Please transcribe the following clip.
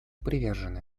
привержены